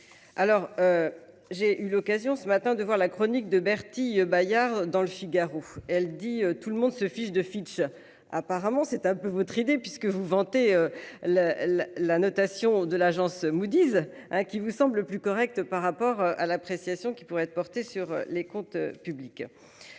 Alors. J'ai eu l'occasion ce matin de voir la chronique de Bertille Bayart dans Le Figaro. Elle dit tout le monde se fiche de Fitch, apparemment c'est un peu votre idée puisque vous vanter la la notation de l'agence Moody's hein qui vous semblent plus correct par rapport à l'appréciation qui pourrait être porté sur les comptes publics.